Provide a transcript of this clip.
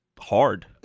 hard